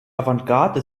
avantgarde